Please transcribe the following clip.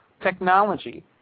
technology